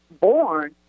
born